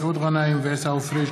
מסעוד גנאים ועיסאווי פריג'